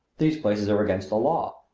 these places are against the law,